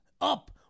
up